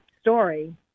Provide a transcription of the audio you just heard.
story